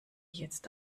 jetzt